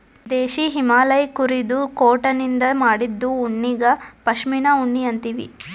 ದೇಶೀ ಹಿಮಾಲಯ್ ಕುರಿದು ಕೋಟನಿಂದ್ ಮಾಡಿದ್ದು ಉಣ್ಣಿಗಾ ಪಶ್ಮಿನಾ ಉಣ್ಣಿ ಅಂತೀವಿ